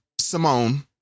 Simone